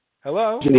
Hello